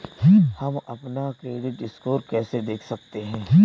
हम अपना credit score कैसे देख सकते हैं?